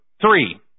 three